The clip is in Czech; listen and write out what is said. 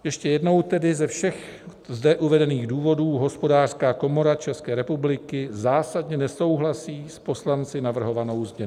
Ještě jednou tedy ze všech zde uvedených důvodů Hospodářská komora České republiky zásadně nesouhlasí s poslanci navrhovanou změnou.